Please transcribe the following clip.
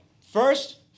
first